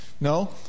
No